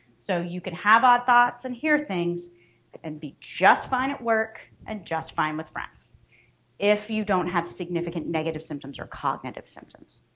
so you can have odd thoughts and hear things and be just fine at work and just fine with friends if you don't have significant negative symptoms or cognitive symptoms.